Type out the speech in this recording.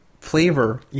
flavor